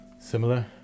similar